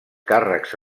càrrecs